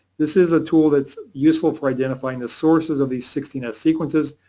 this is a tool that's useful for identifying the sources of the sixteen s sequences.